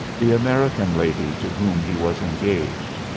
the american lady to whom he was engaged.